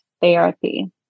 therapy